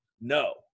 No